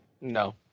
No